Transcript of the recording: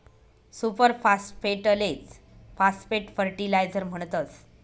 super फास्फेटलेच phosphate fertiliser म्हणतस